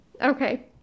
Okay